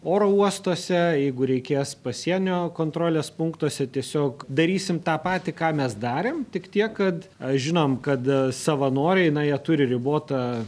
oro uostuose jeigu reikės pasienio kontrolės punktuose tiesiog darysim tą patį ką mes darėm tik tiek kad aš žinom kada savanoriai na jie turi ribotą